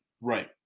Right